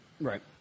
Right